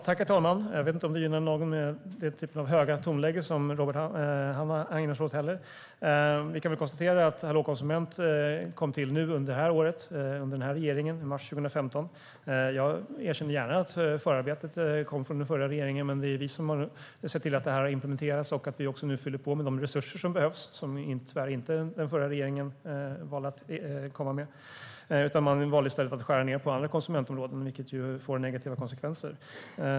Herr talman! Jag vet inte om det gynnar någon med den typen av högt tonläge som Robert Hannah ägnar sig åt. Vi kan konstatera att Hallå konsument kom till under det här året och under den här regeringen, i mars 2015. Jag erkänner gärna att förarbetet gjordes av den förra regeringen, men det är vi som har sett till att det har implementerats. Nu fyller vi också på de men resurser som behövs, men som den förra regeringen tyvärr inte valde att ta fram. Man valde i stället att skära ned på alla konsumentområden, vilket fick negativa konsekvenser.